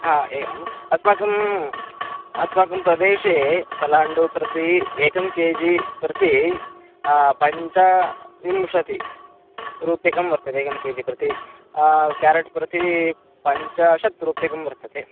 एवम् अस्माकं अस्माकं प्रदेशे पलाण्डुः प्रति एकं के जि प्रति पञ्चविंशति रूप्यकं वर्तते एकं के जि प्रति केरेट् प्रति पञ्चाशत् रूप्यकं वर्तते